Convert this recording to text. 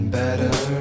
better